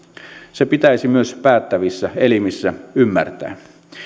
se pitäisi myös päättävissä elimissä ymmärtää